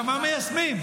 מה מיישמים?